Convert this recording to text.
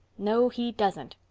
no, he doesn't.